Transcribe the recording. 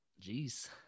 Jeez